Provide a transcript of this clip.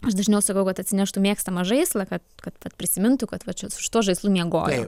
aš dažniau sakau kad atsineštų mėgstamą žaislą kad kad kad prisimintų kad va čia su tuo žaislu miegojo